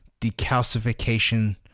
decalcification